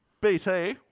BT